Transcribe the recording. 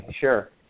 Sure